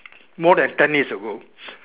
more than ten years ago